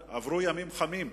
כבר עברו ימים חמים,